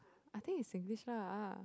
I think is Singlish lah ah